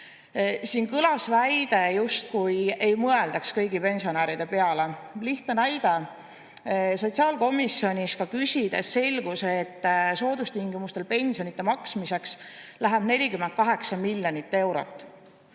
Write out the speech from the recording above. kõlas väide, justkui ei mõeldaks kõigi pensionäride peale. Lihtne näide. Sotsiaalkomisjonis küsides selgus, et soodustingimustel pensionide maksmiseks läheb 48 miljonit eurot.